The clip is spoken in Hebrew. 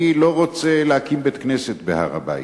אני לא רוצה להקים בית-כנסת בהר-הבית,